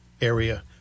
area